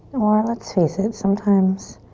or, let's face it, sometimes